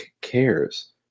cares